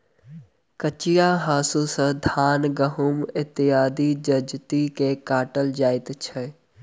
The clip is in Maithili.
कचिया हाँसू सॅ धान, गहुम इत्यादि जजति के काटल जाइत छै